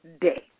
Day